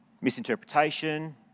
misinterpretation